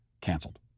canceled